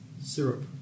syrup